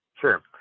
Sure